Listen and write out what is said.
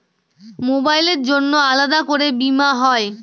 মোবাইলের জন্য আলাদা করে বীমা হয়?